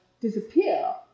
disappear